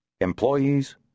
Employees